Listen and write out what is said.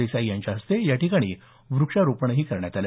देसाई यांच्याहस्ते याठिकाणी व्रक्षारोपणही करण्यात आले